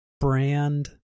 brand